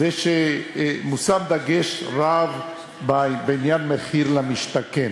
זה שמושם דגש רב בעניין מחיר למשתכן,